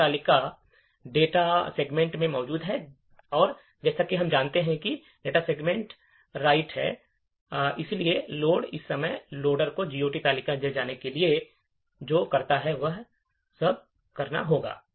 GOT तालिका data segment में मौजूद है और जैसा कि हम जानते हैं कि डेटा सेगमेंट राइट है इसलिए लोड समय पर लोडर को GOT तालिका में जाने के लिए जो करना है वह सब करना होगा